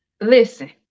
Listen